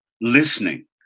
listening